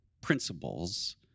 principles